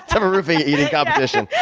have a roofie eating competition.